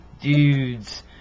dudes